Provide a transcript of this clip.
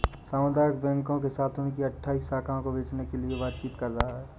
सामुदायिक बैंकों के साथ उनकी अठ्ठाइस शाखाओं को बेचने के लिए बातचीत कर रहा है